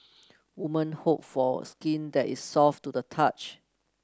women hope for skin that is soft to the touch